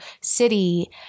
city